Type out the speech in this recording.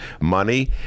money